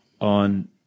on